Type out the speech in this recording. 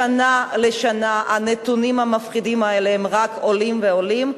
משנה לשנה הנתונים המפחידים האלה רק עולים ועולים,